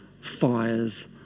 fires